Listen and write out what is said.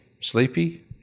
sleepy